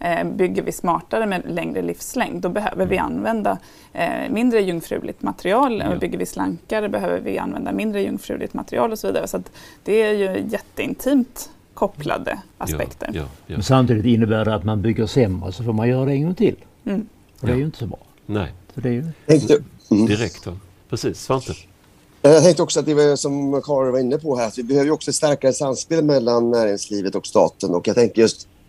Eh, bygger vi smartare med längre livslängd, då behöver vi Mm. använda, eh, mindre jungfruligt material. Och Ja. bygger vi slankare, behöver vi använda mindre jungfruligt material och så vidare. Så att det är ju jätteintimt kopplade Mm. Ja, aspekter. ja, ja. Men samtidigt innebär det att man bygger sämre, så får man göra en gång till. Mm. Och det är ju Ja. inte så bra. Nej. Så det är ju- Tänkte- Mm. Direkt då. Precis. Svante? Jag tänkte också att det var som Karo var inne på här, att vi behöver ju också ett starkare samspel mellan näringslivet och staten. Och jag tänker just-